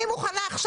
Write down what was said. אני לא מדבר עכשיו